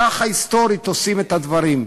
ככה היסטורית עושים את הדברים.